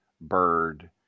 Bird